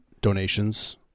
donations